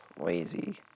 lazy